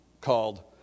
called